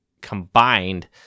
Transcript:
combined